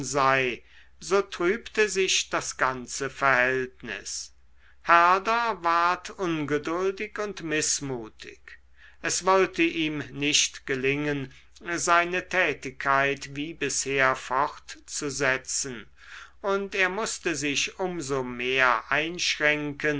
sei so trübte sich das ganze verhältnis herder ward ungeduldig und mißmutig es wollte ihm nicht gelingen seine tätigkeit wie bisher fortzusetzen und er mußte sich um so mehr einschränken